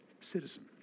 citizen